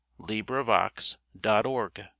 LibriVox.org